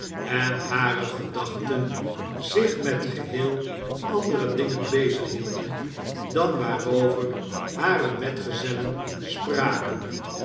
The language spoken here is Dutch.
en hare gedachten zich met geheel andere dingen bezig hielden dan waarover hare metgezellen spraken